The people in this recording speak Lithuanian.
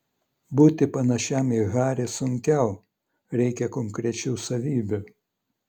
būti panašiam į harį sunkiau reikia konkrečių savybių